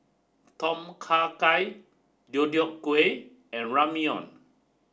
Tom Kha Gai Deodeok Gui and Ramyeon